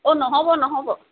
অ' নহ'ব নহ'ব